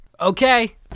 Okay